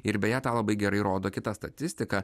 ir beje tą labai gerai rodo kita statistika